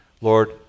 Lord